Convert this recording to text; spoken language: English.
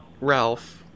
Ralph